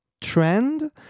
trend